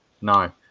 no